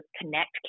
connect